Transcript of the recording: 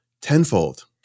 tenfold